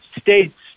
states